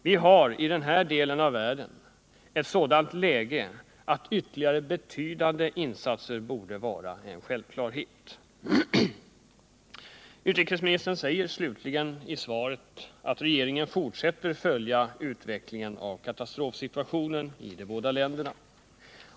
Vi har i denna del av världen ett sådant läge att ytterligare betydande insatser borde vara en självklarhet. Utrikesministern säger slutligen i svaret att regeringen fortsätter att följa utvecklingen av katastrofsituationen i de båda länderna.